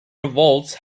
revolts